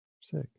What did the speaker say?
Sick